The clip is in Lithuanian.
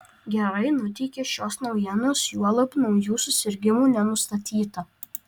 gerai nuteikia šios naujienos juolab naujų susirgimų nenustatyta